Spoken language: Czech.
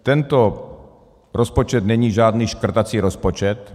Tento rozpočet není žádný škrtací rozpočet.